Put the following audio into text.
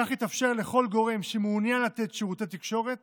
כך יתאפשר לכל גורם המעוניין לתת שירותי תקשורת